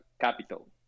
capital